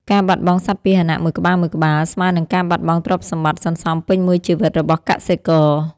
ការបាត់បង់សត្វពាហនៈមួយក្បាលៗ ស្មើនឹងការបាត់បង់ទ្រព្យសម្បត្តិសន្សំពេញមួយជីវិតរបស់កសិករ។